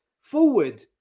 forward